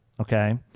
okay